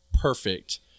perfect